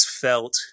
felt